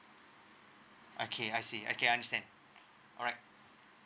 okay I see okay understand alright